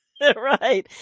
Right